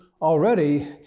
already